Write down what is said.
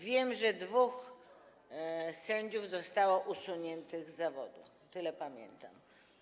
Wiem, że dwóch sędziów zostało usuniętych z zawodu, tyle pamiętam.